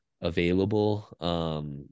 available